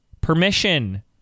Permission